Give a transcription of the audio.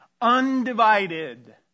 Undivided